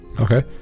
Okay